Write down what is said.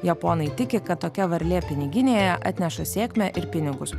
japonai tiki kad tokia varlė piniginėje atneša sėkmę ir pinigus